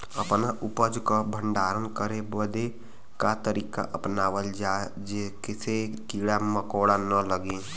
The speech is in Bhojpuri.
अपना उपज क भंडारन करे बदे का तरीका अपनावल जा जेसे कीड़ा मकोड़ा न लगें?